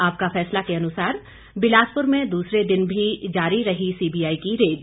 आपका फैसला के अनुसार बिलासपुर में दूसरे दिन भी जारी रही सीबीआई की रेड